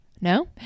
no